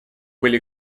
были